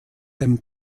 dem